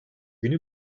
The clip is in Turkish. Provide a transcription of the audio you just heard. günü